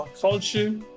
culture